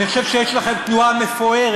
אני חושב שיש לכם תנועה מפוארת,